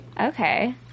Okay